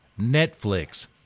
Netflix